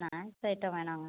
snacks item வேணாங்க